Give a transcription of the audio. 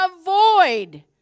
avoid